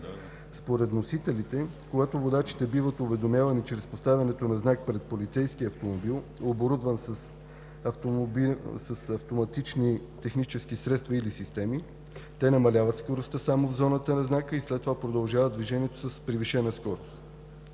Според вносителите, когато водачите биват уведомявани чрез поставянето на знак пред полицейски автомобил, оборудван с автоматични технически средства или системи, те намаляват скоростта само в зоната на знака и след това продължават движението си с превишена скорост.